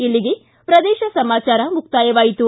ಇಲ್ಲಿಗೆ ಪ್ರದೇಶ ಸಮಾಚಾರ ಮುಕ್ತಾಯವಾಯಿತು